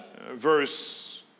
verse